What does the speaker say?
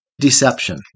deception